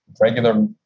regular